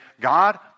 God